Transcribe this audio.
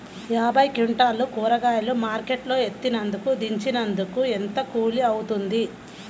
యాభై క్వింటాలు కూరగాయలు మార్కెట్ లో ఎత్తినందుకు, దించినందుకు ఏంత కూలి అవుతుంది?